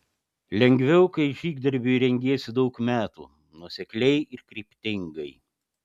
lengviau kai žygdarbiui rengiesi daug metų nuosekliai ir kryptingai